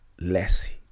less